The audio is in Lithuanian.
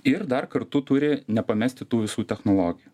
ir dar kartu turi nepamesti tų visų technologijų